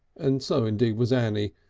and so indeed was annie,